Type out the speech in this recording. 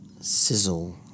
Sizzle